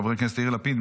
חברי הכנסת יאיר לפיד,